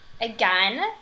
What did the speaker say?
again